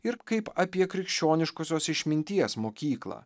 ir kaip apie krikščioniškosios išminties mokyklą